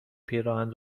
پیراهن